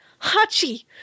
Hachi